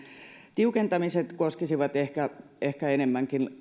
tiukentamiset koskisivat ehkä ehkä enemmänkin